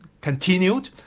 continued